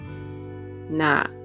Nah